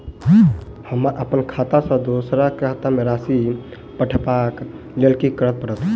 हमरा अप्पन खाता सँ दोसर केँ खाता मे राशि पठेवाक लेल की करऽ पड़त?